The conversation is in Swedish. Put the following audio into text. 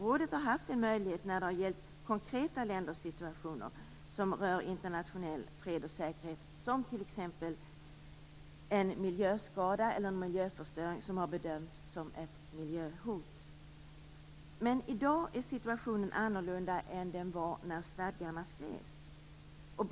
Rådet har haft den möjligheten när det har gällt konkreta ländersituationer som rör internationell fred och säkerhet som t.ex. en miljöskada eller miljöförstöring som har bedömts som ett miljöhot. Men i dag är situationen annorlunda än den var när stadgarna skrevs.